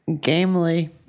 gamely